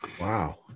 Wow